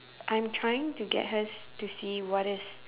I'm trying to get her to see what is